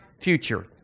future